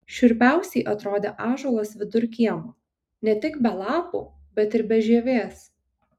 šiurpiausiai atrodė ąžuolas vidur kiemo ne tik be lapų bet ir be žievės